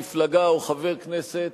מפלגה או חבר כנסת